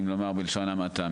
בלשון המעטה,